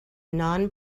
non